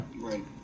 Right